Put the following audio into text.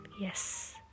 Yes